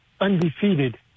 undefeated